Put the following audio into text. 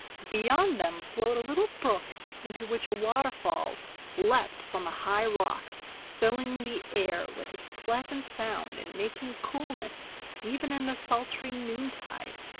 beyond them flowed a little brook, into which a waterfall leapt from a high rock, filling the air with its pleasant sound, and making a coolness even in the sultry noontide.